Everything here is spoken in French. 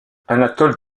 anatole